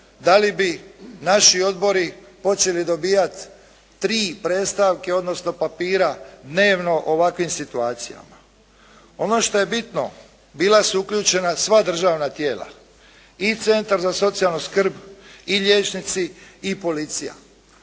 da li bi naši odbori počeli dobivati tri predstavke, odnosno papira dnevno o ovakvim situacijama. Ono što je bitno, bila su uključena sva državna tijela i centar za socijalnu skrb i liječnici i policija